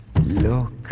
Look